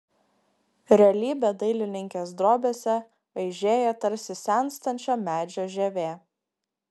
realybė dailininkės drobėse aižėja tarsi senstančio medžio žievė